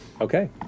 Okay